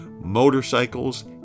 motorcycles